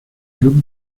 club